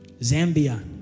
Zambia